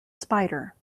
spider